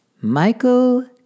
michael